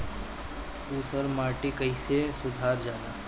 ऊसर माटी कईसे सुधार जाला?